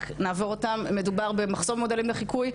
מדובר במחסום מודלים לחיקוי,